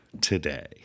today